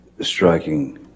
Striking